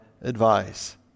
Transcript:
advice